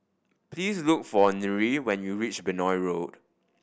please look for Nyree when you reach Benoi Road